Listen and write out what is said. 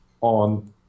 on